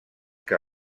que